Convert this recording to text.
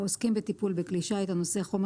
העוסקים בטיפול בכלי שיט הנושא חומר